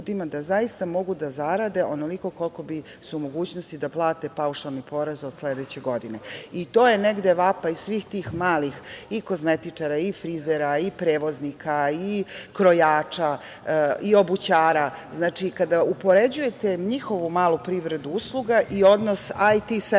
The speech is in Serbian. da zaista mogu da zarade onoliko koliko su u mogućnosti da plate paušalni porez od sledeće godine. I to je negde vapaj svih tih malih i kozmetičara i frizera i prevoznika i krojača i obućara. Kada upoređujete njihovu malu privredu usluga i odnos IT sektora,